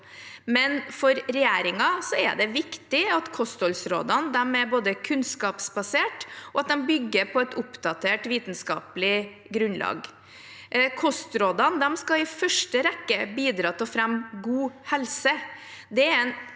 For regjeringen er det viktig at kostholdsrådene både er kunnskapsbaserte og bygger på et oppdatert vitenskapelig grunnlag. Kostrådene skal i første rekke bidra til å fremme god helse.